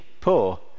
poor